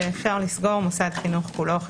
שאפשר לסגור מוסד חינוך כולו או חלקו.